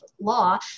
law